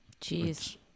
Jeez